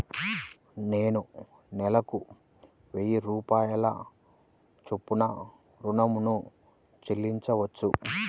నేను నెలకు వెయ్యి రూపాయల చొప్పున ఋణం ను చెల్లించవచ్చా?